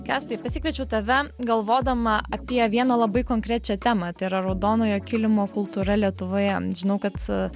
kęstai pasikviečiau tave galvodama apie vieną labai konkrečią temą tai yra raudonojo kilimo kultūra lietuvoje žinau kad